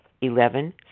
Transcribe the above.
Eleven